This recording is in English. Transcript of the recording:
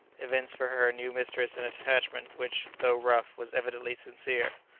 evinced for her new mistress an attachment which, though rough, was evidently sincere.